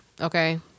Okay